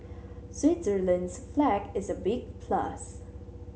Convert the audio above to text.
Switzerland's flag is a big plus